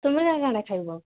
ତୁମେ ନା କ'ଣ ଖାଇବ